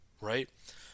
right